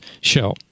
show